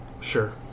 sure